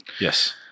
Yes